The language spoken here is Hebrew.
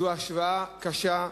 זוהי השוואה קשה,